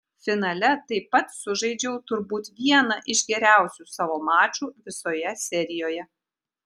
finale taip pat sužaidžiau turbūt vieną iš geriausių savo mačų visoje serijoje